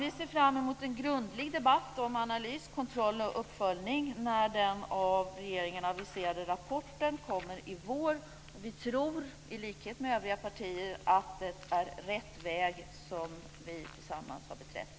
Vi ser fram emot en grundlig debatt om analys, kontroll och uppföljning när den av regeringen aviserade rapporten kommer i vår. Vi tror, i likhet med övriga partier, att det är rätt väg som vi tillsammans har beträtt.